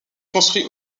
construit